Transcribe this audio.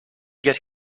get